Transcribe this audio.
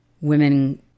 women